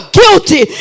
guilty